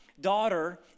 daughter